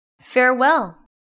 farewell